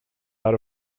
out